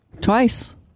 Twice